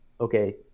okay